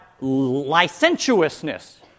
licentiousness